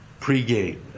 pregame